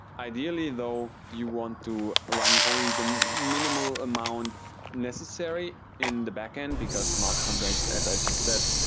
ideally though, you want to run only the minimal amount necessary in the backend because smart contracts, as i just said,